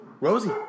Rosie